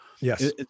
Yes